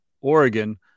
Oregon